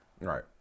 right